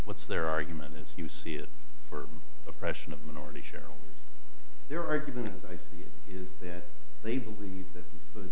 what's their argument as you see it for oppression of minority cheryl their argument as i see it is that they believe that th